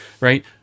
right